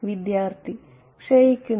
വിദ്യാർത്ഥി ക്ഷയിക്കുന്നു